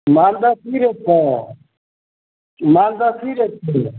मालदह की रेट छै मालदह की रेट देलियै